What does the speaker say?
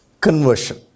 conversion